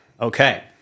Okay